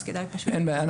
אז כדאי פשוט --- אין בעיה.